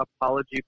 apology